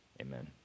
Amen